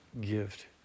gift